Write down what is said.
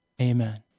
Amen